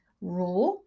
raw